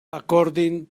according